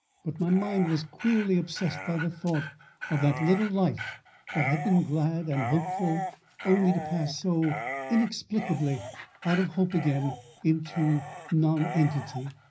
but my mind was queerly obsessed by the thought of that little life that had been glad and hopeful only to pass so inexplicably out of hope again into nonentity,